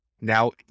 Now